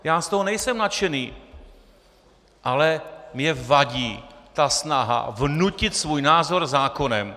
Já z toho nejsem nadšený, ale mně vadí ta snaha vnutit svůj názor zákonem.